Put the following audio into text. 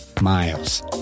miles